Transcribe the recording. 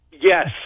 Yes